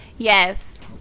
Yes